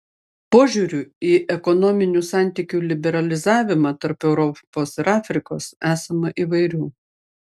požiūrių į ekonominių santykių liberalizavimą tarp europos ir afrikos esama įvairių